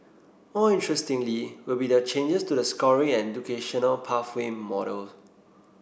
more interestingly will be the changes to the scoring and educational pathway model